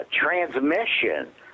transmission